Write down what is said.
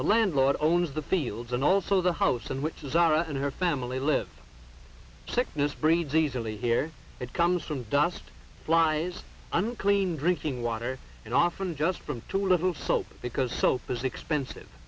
the landlord owns the fields and also the house and which is our and her family live sickness breeds easily here it comes from dust flies and clean drinking water and often just from too little soap because soap is expensive